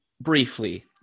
briefly